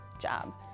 job